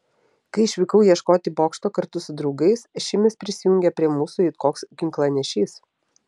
kai išvykau ieškoti bokšto kartu su draugais šimis prisijungė prie mūsų it koks ginklanešys